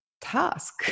task